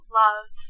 love